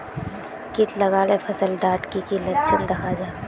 किट लगाले फसल डात की की लक्षण दखा जहा?